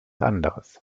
anderes